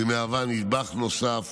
והיא נדבך נוסף